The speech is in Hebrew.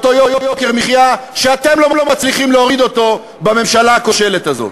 אותו יוקר מחיה שאתם לא מצליחים להוריד אותו בממשלה הכושלת הזאת.